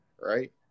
right